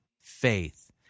faith